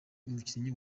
umukinnyi